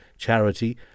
Charity